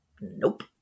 Nope